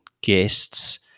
guests